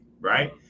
right